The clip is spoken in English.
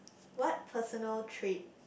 what personal trait